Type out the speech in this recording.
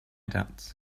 debts